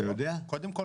קודם כל